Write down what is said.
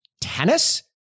tennis